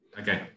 okay